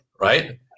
Right